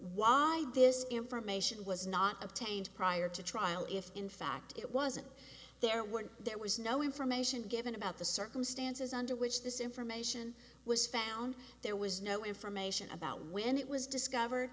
why this information was not obtained prior to trial if in fact it wasn't there when there was no information given about the circumstances under which this information was found there was no information about when it was discover